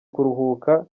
kuruhuka